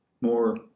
more